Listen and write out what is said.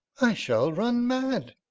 i shall run mad.